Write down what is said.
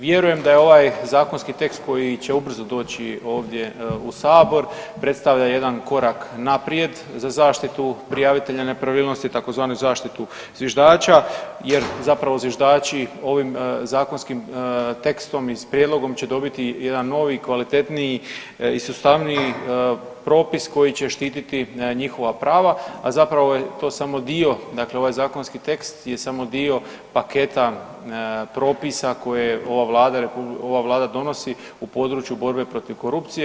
Vjerujem da je ovaj zakonski tekst koji će ubrzo doći ovdje u Sabor predstavlja jedan korak naprijed za zaštitu prijavitelja nepravilnosti, tzv. zaštitu zviždača jer, zapravo zviždači ovim zakonskim tekstom i prijedlogom će dobiti jedan novi, kvalitetniji i sustavniji propis koji će štititi njihova prava, a zapravo je to samo dio, dakle ovaj zakonski tekst je samo dio paketa propisa koje je ova Vlada donosi u području borbe protiv korupcije.